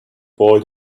boy